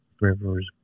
Rivers